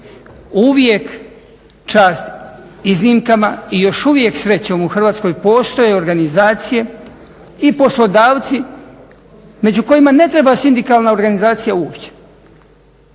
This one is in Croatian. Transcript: Uvijek čast iznimkama i još uvijek srećom u Hrvatskoj postoje organizacije i poslodavci među kojima ne treba sindikalna organizacija uopće.